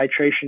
titration